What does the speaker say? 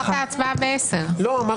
נעשה הצבעה אחת,